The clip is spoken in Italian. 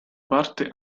parte